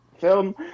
film